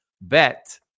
bet